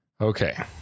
Okay